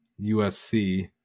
USC